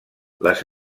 les